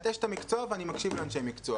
את אשת המקצוע ואני מקשיב לאנשי מקצוע.